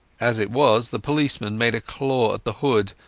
as it was, the policeman made a claw at the hood,